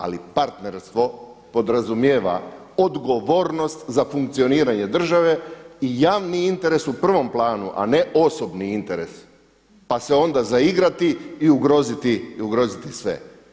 Ali partnerstvo podrazumijeva odgovornost za funkcioniranje države i javni interes u prvom planu a ne osobni interes pa se onda zaigrati i ugroziti sve.